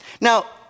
Now